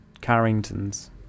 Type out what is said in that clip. Carrington's